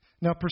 Now